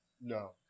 No